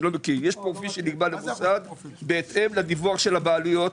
יש פרופיל שנקבע על ידי המוסד בהתאם לדיווח של הבעלויות,